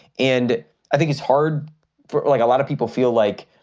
and i think it's hard for like a lot of people feel like,